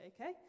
okay